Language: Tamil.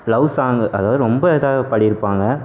லவ் சாங் அதாவது ரொம்ப இதாக பாடியிருப்பாங்க